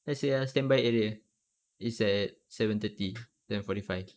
S_A_R standby area is at seven thirty seven forty five